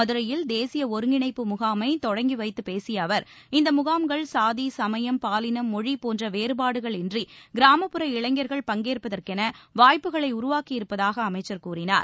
மதுரையில் தேசிய ஒருங்கிணைப்பு முகாமை தொடங்கி வைத்துப் பேசிய அவர் இந்த முகாம்கள் சாதி சமயம் பாலினம் மொழி போன்ற வேறுபாடுகளின்றி கிராமப்புற இளைஞர்கள் பங்கேற்பதற்கென வாய்ப்புகளை உருவாக்கியிருப்பதாக அமைச்சர் கூறினார்